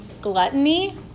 gluttony